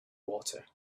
water